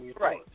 Right